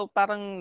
parang